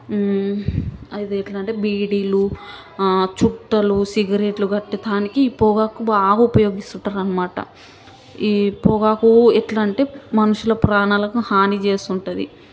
అది ఎట్లాంటే బీడీలు చుట్టాలు సిగరెట్లు గట్టటానికి ఈ పొగాకు బాగ ఉపయోగిస్తుంటారన్నమాట ఈ పొగాకు ఎట్లాంటే మనుషుల ప్రాణాలకు హానిచేస్తుంటుంది